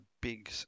big